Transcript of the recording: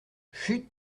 chut